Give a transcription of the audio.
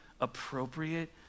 appropriate